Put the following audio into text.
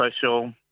social